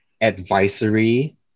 advisory